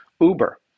Uber